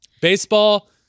baseball